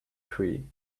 tree